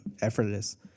effortless